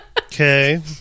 okay